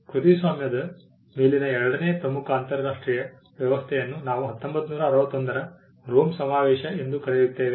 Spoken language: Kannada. ಕೃತಿಸ್ವಾಮ್ಯದ ಮೇಲಿನ ಎರಡನೇ ಪ್ರಮುಖ ಅಂತರರಾಷ್ಟ್ರೀಯ ವ್ಯವಸ್ಥೆಯನ್ನು ನಾವು 1961 ರ ರೋಮ್ ಸಮಾವೇಶ ಎಂದು ಕರೆಯುತ್ತೇವೆ